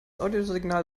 audiosignal